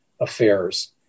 affairs